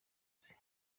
yavutse